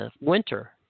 winter